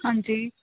ਹਾਂਜੀ